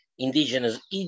Indigenous